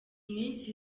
minsi